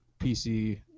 PC